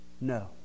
no